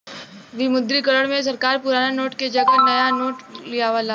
विमुद्रीकरण में सरकार पुराना नोट के जगह नया नोट लियावला